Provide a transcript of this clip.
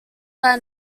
are